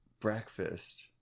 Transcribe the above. breakfast